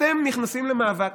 אתם נכנסים למאבק,